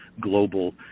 global